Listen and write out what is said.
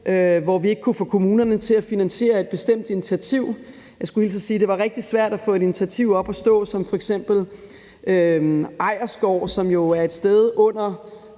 hvor vi ikke kunne få kommunerne til at finansiere et bestemt initiativ. Jeg skulle hilse og sige, at det var rigtig svært, at få et initiativ op at stå som f.eks. Eirsgaard, som jo er et sted under